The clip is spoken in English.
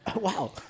Wow